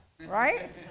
right